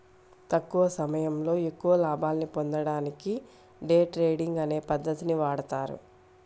తక్కువ సమయంలో ఎక్కువ లాభాల్ని పొందడానికి డే ట్రేడింగ్ అనే పద్ధతిని వాడతారు